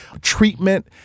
treatment